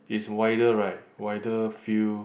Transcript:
it's wider right wider field